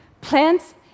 plants